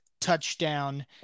touchdown